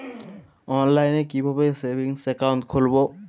অনলাইনে কিভাবে savings account খুলবো?